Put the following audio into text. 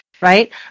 right